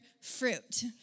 fruit